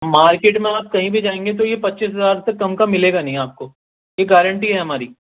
market میں آپ کہیں بھی جائیں گے تو یہ پچیس ہزار سے کم کا ملے گا نہیں آپ کو یہ گارنٹی ہے ہماری